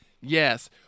Yes